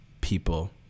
people